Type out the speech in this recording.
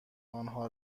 آنها